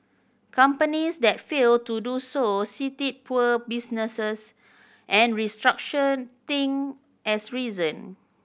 companies that failed to do so cited poor businesses and restruction thing as reason